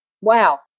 Wow